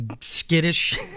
skittish